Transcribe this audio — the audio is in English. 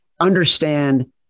Understand